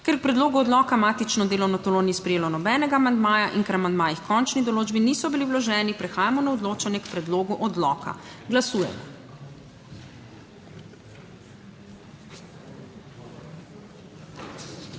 Ker k predlogu odloka matično delovno telo ni sprejelo nobenega amandmaja in ker amandmaji h končni določbi niso bili vloženi prehajamo na odločanje k predlogu odloka. Glasujemo.